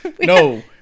No